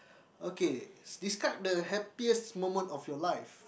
okay describe the happiest moment of your life